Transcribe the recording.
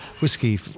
whiskey